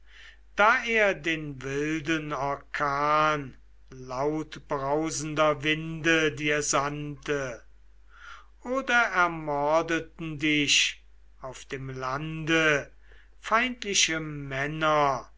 da er den wilden orkan lautbrausender winde dir sandte oder ermordeten dich auf dem lande feindliche männer